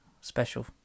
special